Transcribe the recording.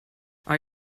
are